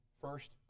first